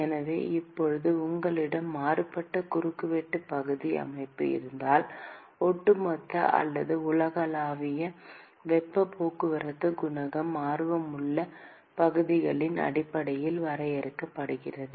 எனவே இப்போது உங்களிடம் மாறுபட்ட குறுக்குவெட்டு பகுதி அமைப்பு இருந்தால் ஒட்டுமொத்த அல்லது உலகளாவிய வெப்பப் போக்குவரத்து குணகம் ஆர்வமுள்ள பகுதியின் அடிப்படையில் வரையறுக்கப்படுகிறது